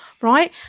right